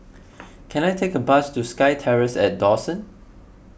can I take a bus to SkyTerrace at Dawson